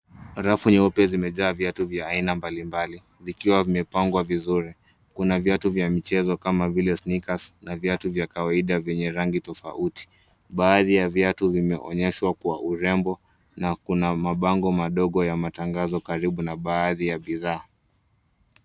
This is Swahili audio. Rafu nyeupe zimejaa viatu vya aina mbalimbali vikiwa vimepangwa vizuri. Kuna viatu vya michezo kama vile sneakers(cs) na viatu vya kawaida vyenye rangi tofauti. Baadhi ya viatu vimeonyeshwa Kwa urembo na kuna mabango madogo ya matangazo karibu na baadhi ya bidhaa.